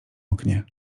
oknie